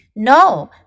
No